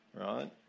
right